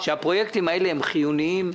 פרויקטים חיוניים,